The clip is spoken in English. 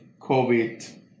COVID